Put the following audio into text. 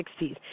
60s